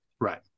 Right